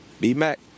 B-Mac